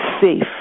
safe